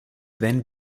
then